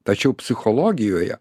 tačiau psichologijoje